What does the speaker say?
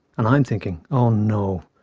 and i'm thinking oh no.